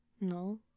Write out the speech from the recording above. No